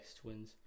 Twins